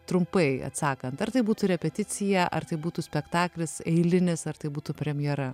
trumpai atsakant ar tai būtų repeticija ar tai būtų spektaklis eilinis ar tai būtų premjera